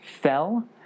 fell